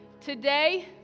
Today